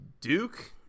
Duke